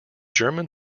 german